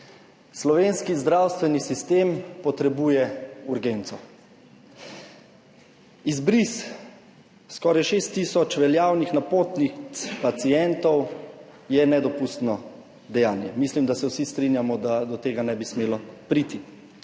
Slovenski zdravstveni sistem potrebuje urgenco. Izbris skoraj 6 tisoč veljavnih napotnic pacientov je nedopustno dejanje. Mislim, da se vsi strinjamo, da do tega ne bi smelo priti.